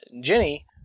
Jenny